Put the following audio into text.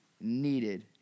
needed